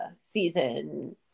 season